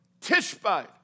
Tishbite